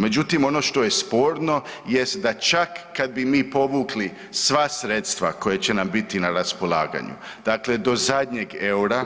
Međutim, ono što je sporno jest da i kad bi mi povukli sva sredstva koja će nam biti na raspolaganju, dakle do zadnjeg EUR-a,